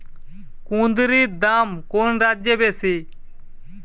কুঁদরীর দাম কোন রাজ্যে বেশি?